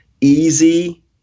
easy